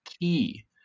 key